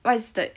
what is the